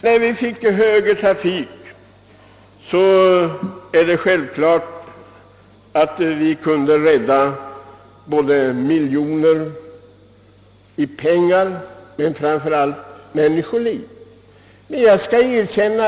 När vi genomförde högertrafiken räddade vi människoliv och sparade samtidigt många miljoner kronor.